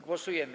Głosujemy.